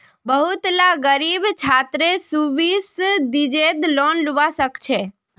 बहुत ला ग़रीब छात्रे सुब्सिदिज़ेद लोन लुआ पाछे